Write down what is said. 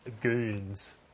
goons